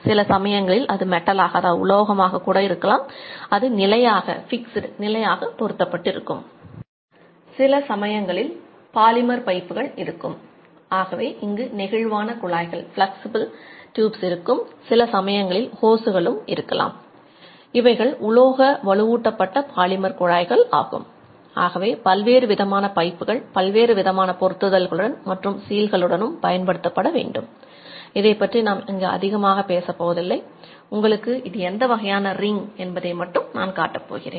சில சமயங்களில் பாலிமர் பைப்புகள் என்பதை மட்டுமே காட்ட போகிறேன்